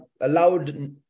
allowed